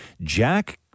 Jack